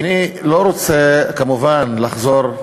אני לא רוצה כמובן לחזור,